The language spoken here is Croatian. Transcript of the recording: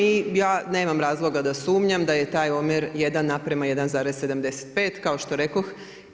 I ja nemam razloga da sumnjam da je taj omjer 1:1,75, kao što rekoh.